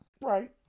Right